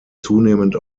zunehmend